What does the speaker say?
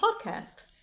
podcast